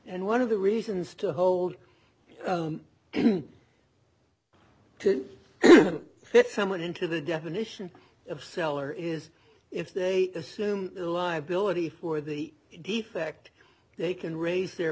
and one of the reasons to hold to fit someone into the definition of seller is if they assume liability for the defect they can raise their